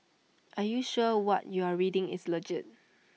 are you sure what you're reading is legit